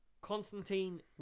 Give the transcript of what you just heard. Constantine